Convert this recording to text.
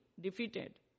defeated